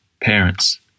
parents